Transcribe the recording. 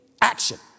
action